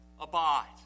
abide